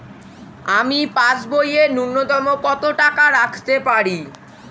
আমি পাসবইয়ে ন্যূনতম কত টাকা রাখতে পারি?